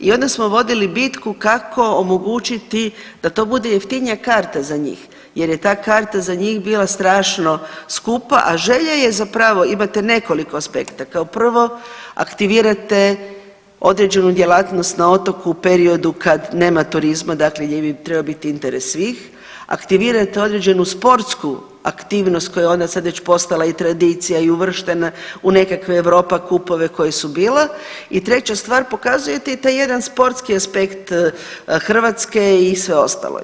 I onda smo vodili bitku kako omogućiti da to bude jeftinija karta za njih jer je ta karata za njih bila strašno skupa, a želja je zapravo imate nekoliko aspekata, kao prvo aktivirate određenu djelatnost na otoku u periodu kad nema turizma, dakle gdje bi trebao biti interes svih, aktivirate određenu sportsku aktivnost koja je onda sad već postala i tradicija i uvrštena u nekakve Europa kupove koji su bila i treća stvar, pokazujete i taj jedan sportski aspekt Hrvatske i sve ostalo.